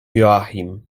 joachim